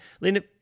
Linda